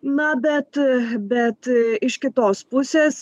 na bet bet iš kitos pusės